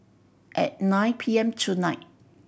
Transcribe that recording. at nine P M tonight